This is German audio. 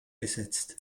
gesetzt